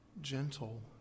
gentle